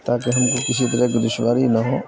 تاکہ ہم کو کسی طرح کی دشواری نہ ہو